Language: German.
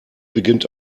beginnt